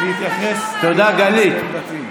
המציע מתעקש להעלות אותה היום להצבעה, בטרם